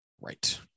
Right